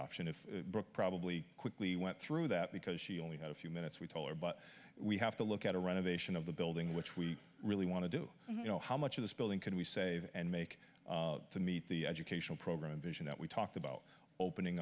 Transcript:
option if brooke probably quickly went through that because she only had a few minutes we told her but we have to look at a renovation of the building which we really want to do you know how much of this building can we save and make to meet the educational program vision that we talked about opening